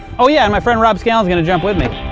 oh yeah, and my friend rob scallon's going to jump with me.